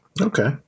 Okay